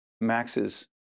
Max's